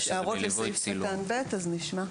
אם יש הערות לסעיף קטן (ב) נשמע.